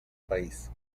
país